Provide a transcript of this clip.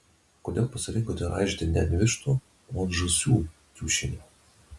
kodėl pasirinkote raižyti ne ant vištų o ant žąsų kiaušinių